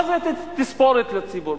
מה זה תספורת לציבור?